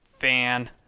fan